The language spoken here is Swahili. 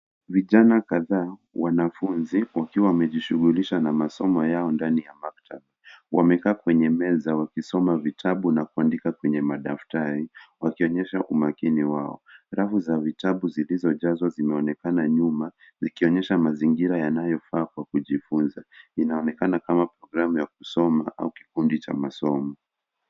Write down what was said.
Vijana kadhaa, wanafunzi wakiwa wamejishughulisha na masomo yao ndani ya maktaba, wamekaa kwenye meza wakisoma vitabu na kuandika kwenye madaftari wakionyeha umakini wao. Rafu za vitabu zilizojazwa zinaimekana nyuma zikionyesha mazingira inayofaa kwa kufunzwa, inaonekana kama program ya kusoma au kikundi cha masomo.